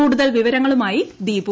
കൂടുതൽ വിവരങ്ങളുമായി ദീപു